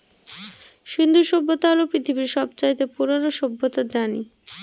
সিন্ধু সভ্যতা হল পৃথিবীর সব চাইতে পুরোনো সভ্যতা জানি